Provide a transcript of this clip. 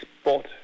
spot